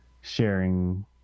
sharing